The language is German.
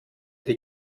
die